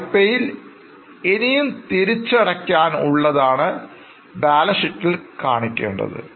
വായ്പയിൽ ഇനിയും തിരിച്ചടയ്ക്കാൻ ഉള്ളതാണ് ബാലൻസ് ഷീറ്റിൽ കാണിക്കേണ്ടത്